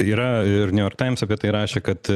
yra ir niujork taims apie tai rašė kad